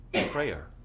prayer